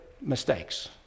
mistakes